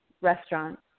restaurant